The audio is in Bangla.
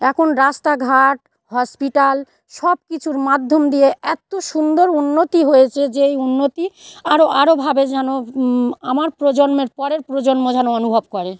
এখন রাস্তাঘাট হসপিটাল সব কিছুর মাধ্যম দিয়ে এত সুন্দর উন্নতি হয়েছে যেই উন্নতি আরও আরওভাবে যেন আমার প্রজন্মের পরের প্রজন্ম যেন অনুভব করে